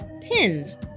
Pins